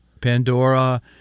Pandora